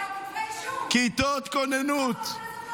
מי שהגישו נגדו כתבי אישום.